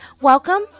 Welcome